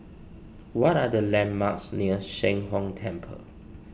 what are the landmarks near Sheng Hong Temple